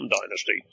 dynasty